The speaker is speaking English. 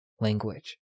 language